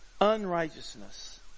Unrighteousness